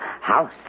house